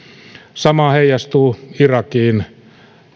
sama heijastuu irakiin